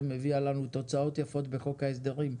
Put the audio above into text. מביאה לנו תוצאות יפות בחוק ההסדרים.